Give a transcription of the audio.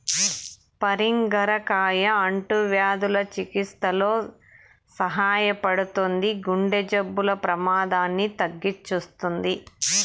పరింగర కాయ అంటువ్యాధుల చికిత్సలో సహాయపడుతుంది, గుండె జబ్బుల ప్రమాదాన్ని తగ్గిస్తుంది